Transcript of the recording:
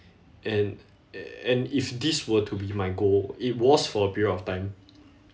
and and if this were to be my goal it was for a period of time